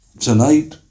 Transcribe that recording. Tonight